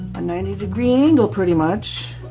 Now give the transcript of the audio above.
a ninety degree angle pretty much